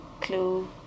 Clue